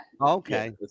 Okay